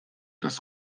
das